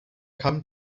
come